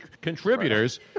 contributors